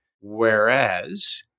Whereas